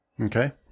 Okay